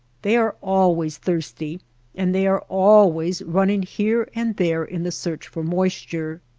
they are always thirsty and they are always running here and there in the search for moisture.